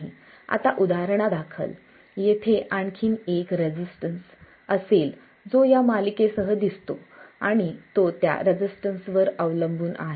आता उदाहरणादाखल येथे आणखी एक रेसिस्टन्स असेल जो या मालिकेसह दिसतो आणि तो त्या रेसिस्टन्स वर अवलंबून आहे